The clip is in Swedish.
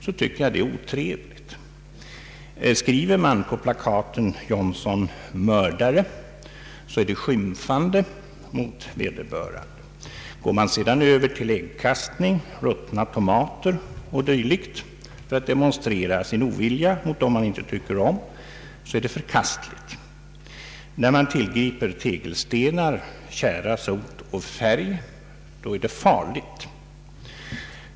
Om man på plakaten skriver ”Johnson-mördare” så är detta skymfande mot vederbörande. Går demonstranterna sedan över till äggkastning och använder ruttna tomater m.m. för att demonstrera sin ovilja mot dem man inte tycker om, så är detta förkastligt. När man tillgriper tegelstenar, tjära, sot och färg så är situationen farlig.